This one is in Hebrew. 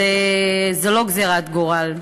זו לא גזירת גורל.